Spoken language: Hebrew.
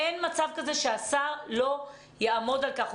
אין מצב שהשר לא יעמוד על כך.